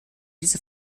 diese